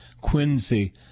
Quincy